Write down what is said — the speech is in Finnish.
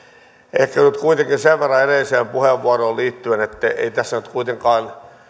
ehkä nyt kuitenkin sen verran edelliseen puheenvuoroon liittyen että ei tässä nyt kuitenkaan